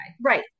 right